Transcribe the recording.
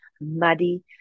muddy